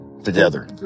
together